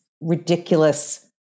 ridiculous